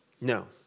No